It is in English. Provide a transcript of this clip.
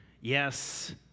Yes